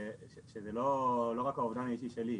שזה לא רק האובדן האישי שלי,